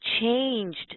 changed